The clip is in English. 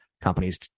companies